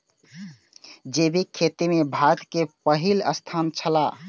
जैविक खेती में भारत के पहिल स्थान छला